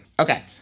Okay